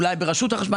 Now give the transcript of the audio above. אולי ברשות החשמל.